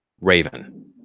Raven